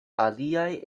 aliaj